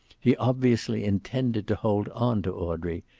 he obviously intended to hold on to audrey,